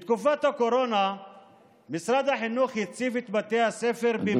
בתקופת הקורונה משרד החינוך הציף את בתי הספר במבול,